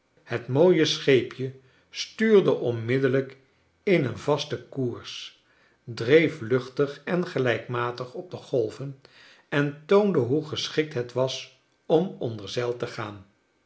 het mooie scheepje stuurde onmiddellijk in een vasten koers dreef luchtig en gelijkmatig op de golven en toonde hoe geschikt het was om onder zeil te gaan